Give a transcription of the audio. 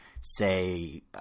say